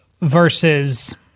versus